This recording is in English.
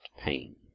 pain